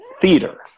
theater